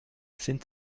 sind